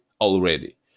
already